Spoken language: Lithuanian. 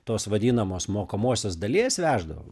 tos vadinamos mokomosios dalies veždavo